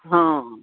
हँ